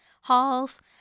halls